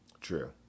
True